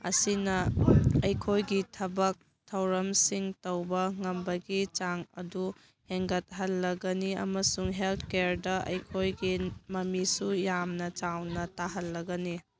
ꯑꯁꯤꯅ ꯑꯩꯈꯣꯏꯒꯤ ꯊꯕꯛ ꯊꯧꯔꯝꯁꯤꯡ ꯇꯧꯕ ꯉꯝꯕꯒꯤ ꯆꯥꯡ ꯑꯗꯨ ꯍꯦꯟꯒꯠꯍꯜꯂꯒꯅꯤ ꯑꯃꯁꯨꯡ ꯍꯦꯜꯠ ꯀꯦꯌꯔꯗ ꯑꯩꯈꯣꯏꯒꯤ ꯃꯃꯤꯁꯨ ꯌꯥꯝꯅ ꯆꯥꯎꯅ ꯇꯥꯍꯜꯂꯒꯅꯤ